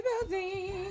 building